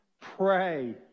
pray